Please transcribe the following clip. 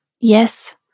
yes